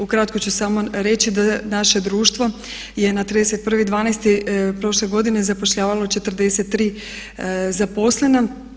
Ukratko ću samo reći da naše društvo je na 31.12.prošle godine zapošljavalo 43 zaposlena.